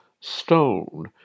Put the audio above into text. stone